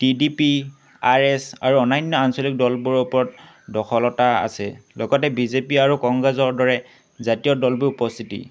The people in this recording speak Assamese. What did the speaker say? T D P R S আৰু অনান্য আঞ্চলিক দলবোৰৰ ওপৰত দখলতা আছে লগতে বি জে পি আৰু কংগ্ৰেজৰ দৰে জাতীয় দলবোৰ উপস্থিতি